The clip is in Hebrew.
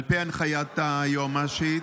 על פי הנחיית היועמ"שית,